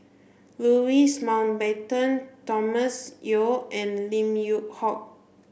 Louis Mountbatten Thomas Yeo and Lim Yew Hock